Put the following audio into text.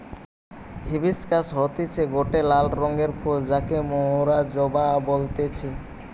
hibiscus হতিছে গটে লাল রঙের ফুল যাকে মোরা জবা বলতেছি